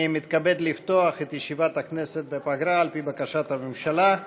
ואני מתכבד לפתוח את ישיבת הכנסת בפגרה על-פי בקשת הממשלה.